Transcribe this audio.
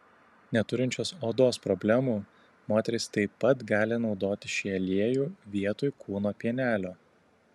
neturinčios odos problemų moterys taip pat gali naudoti šį aliejų vietoj kūno pienelio